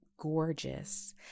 gorgeous